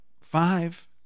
five